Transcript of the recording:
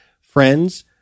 friends